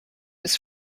his